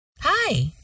Hi